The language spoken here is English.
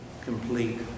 complete